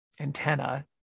antenna